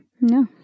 No